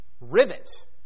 Rivet